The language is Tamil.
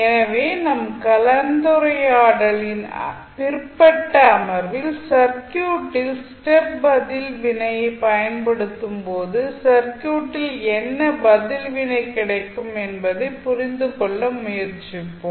எனவே நம் கலந்துரையாடலின் பிற்பட்ட அமர்வில் சர்க்யூட்டில் ஸ்டெப் பதில் வினையை பயன்படுத்தும்போது சர்க்யூட்டில் என்ன பதில் வினை கிடைக்கும் என்பதைப் புரிந்து கொள்ள முயற்சிப்போம்